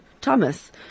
Thomas